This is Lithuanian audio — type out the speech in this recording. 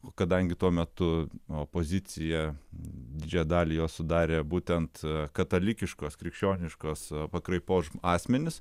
o kadangi tuo metu opozicija didžiąją dalį jos sudarė būtent katalikiškos krikščioniškos pakraipos asmenys